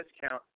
discount